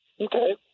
Okay